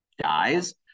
dies